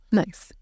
nice